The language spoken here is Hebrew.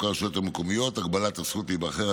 הרשויות המקומיות (הגבלת הזכות להיבחר),